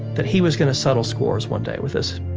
that he was going to settle scores one day with this